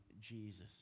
Jesus